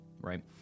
right